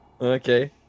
okay